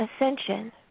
ascension